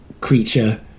creature